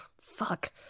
fuck